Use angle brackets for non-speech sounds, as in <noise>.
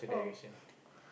oh <breath>